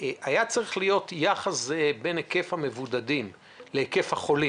שהיה צריך להיות יחס זהה בין היקף החולים להיקף המבודדים.